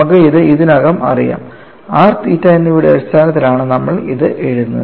നമുക്ക് ഇത് ഇതിനകം അറിയാം r തീറ്റ എന്നിവയുടെ അടിസ്ഥാനത്തിലാണ് നമ്മൾ ഇത് എഴുതുന്നത്